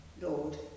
Lord